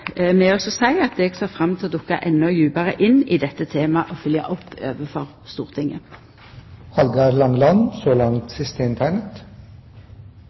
med å seia at eg ser fram til å dukka enda djupare inn i dette temaet og følgja opp overfor